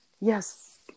Yes